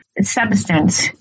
substance